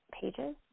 pages